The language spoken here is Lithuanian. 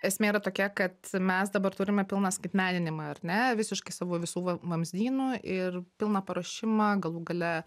esmė yra tokia kad mes dabar turime pilną skaitmeninimą ar ne visiškai savo visų vamzdynų ir pilną paruošimą galų gale